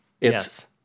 Yes